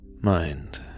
Mind